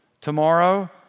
Tomorrow